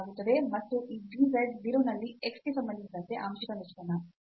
ಮತ್ತು ಈ dz 0 ನಲ್ಲಿ x ಗೆ ಸಂಬಂಧಿಸಿದಂತೆ ಆಂಶಿಕ ನಿಷ್ಪನ್ನ